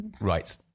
Right